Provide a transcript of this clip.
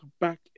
back